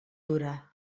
dura